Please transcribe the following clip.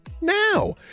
Now